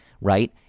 right